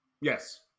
Yes